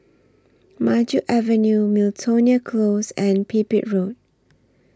Maju Avenue Miltonia Close and Pipit Road